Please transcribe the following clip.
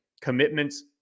commitments